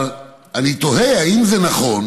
אבל אני תוהה, האם זה נכון